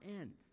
end